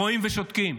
רואים ושותקים.